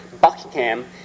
Buckingham